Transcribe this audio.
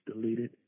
deleted